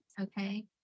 Okay